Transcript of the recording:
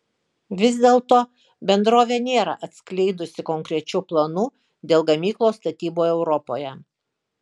vis dėlto bendrovė nėra atskleidusi konkrečių planų dėl gamyklos statybų europoje